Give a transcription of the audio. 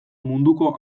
munduko